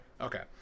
Okay